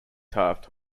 taft